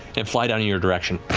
and fly down in your direction,